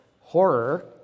horror